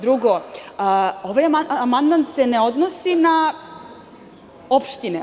Drugo, ovaj amandman se ne odnosi na opštine.